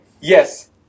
Yes